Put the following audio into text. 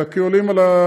אלא כי עולים על המים,